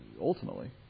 ultimately